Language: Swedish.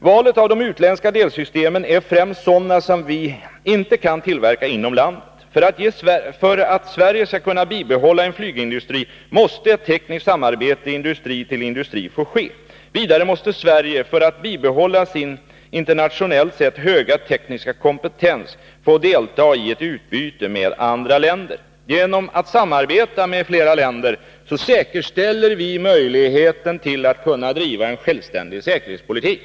Valet av de utländska delsystemen i JAS har främst gällt sådana som vi inte kan tillverka inom landet. För att Sverige skall kunna bibehålla en flygindustri måste ett tekniskt samarbete industri till industri få ske. Vidare måste Sverige för att bibehålla sin internationellt sett höga tekniska kompetens få delta i ett utbyte med andra länder. Genom att samarbeta med flera länder säkerställer vi möjligheten att driva en självständig säkerhetspolitik.